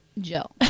Joe